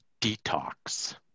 detox